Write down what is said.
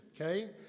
okay